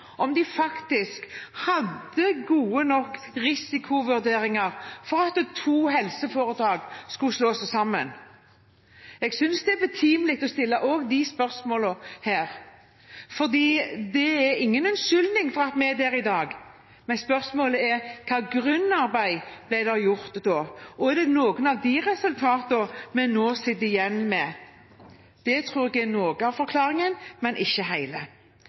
om de hadde foretatt gode nok risikovurderinger for at to helseforetak skulle slå seg sammen. Jeg synes det er betimelig å stille også dem spørsmål her. Det er ingen unnskyldning for at vi er der i dag, men spørsmålet er: Hvilket grunnarbeid ble gjort da? Og er det noen av de resultatene vi nå sitter igjen med? Det tror jeg er noe av forklaringen, men ikke hele.